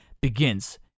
Begins